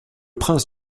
prince